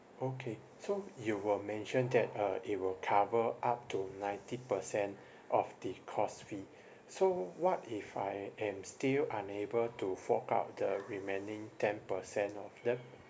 okay so you were mentioned that uh it will cover up to ninety percent of the course fee so what if I am still unable to fork out the remaining ten percent of them